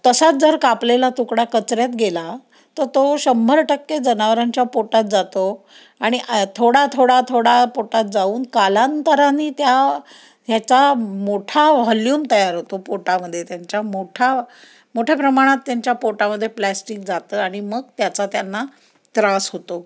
तसाच जर कापलेला तुकडा कचऱ्यात गेला तर तो शंभर टक्के जनावरांच्या पोटात जातो आणि थोडा थोडा थोडा पोटात जाऊन कालांतरानी त्या ह्याचा मोठा व्हॉल्युम तयार होतो पोटामध्ये त्यांच्या मोठा मोठ्या प्रमाणात त्यांच्या पोटामध्ये प्लॅस्टिक जातं आणि मग त्याचा त्यांना त्रास होतो